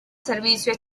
servicio